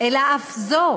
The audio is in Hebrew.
אף זו,